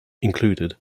included